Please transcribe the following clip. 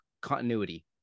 continuity